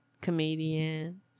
comedian